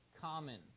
common